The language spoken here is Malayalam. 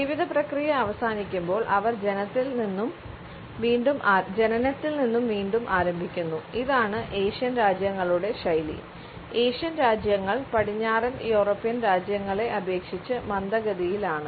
ജീവിത പ്രക്രിയ അവസാനിക്കുമ്പോൾ അവർ ജനനത്തിൽ നിന്നും വീണ്ടും ആരംഭിക്കുന്നു ഇതാണ് ഏഷ്യൻ രാജ്യങ്ങളുടെ ശൈലി ഏഷ്യൻ രാജ്യങ്ങൾ പടിഞ്ഞാറൻ യൂറോപ്യൻ രാജ്യങ്ങളെ അപേക്ഷിച്ച് മന്ദഗതിയിലാണ്